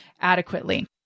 adequately